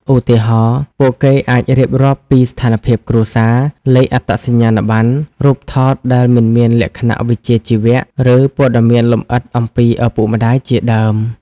ឧទាហរណ៍ ពួកគេអាចរៀបរាប់ពីស្ថានភាពគ្រួសារ លេខអត្តសញ្ញាណប័ណ្ណ រូបថតដែលមិនមានលក្ខណៈវិជ្ជាជីវៈ ឬព័ត៌មានលម្អិតអំពីឪពុកម្តាយជាដើម។